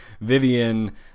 Vivian